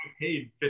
paid